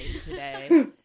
today